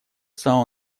самого